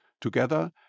together